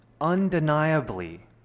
undeniably